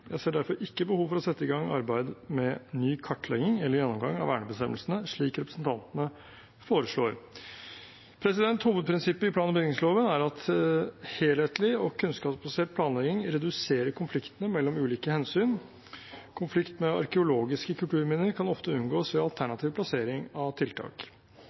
Jeg ser derfor ikke behov for å sette i gang arbeid med ny kartlegging eller gjennomgang av vernebestemmelsene, slik representantene foreslår. Hovedprinsippet i plan- og bygningsloven er at helhetlig og kunnskapsbasert planlegging reduserer konfliktene mellom ulike hensyn. Konflikt med arkeologiske kulturminner kan ofte unngås ved alternativ plassering av tiltak.